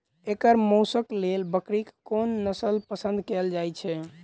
एकर मौशक लेल बकरीक कोन नसल पसंद कैल जाइ छै?